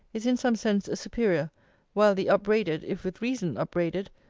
is in some sense a superior while the upbraided, if with reason upbraided,